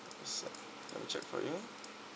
sec let me check for you